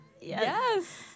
Yes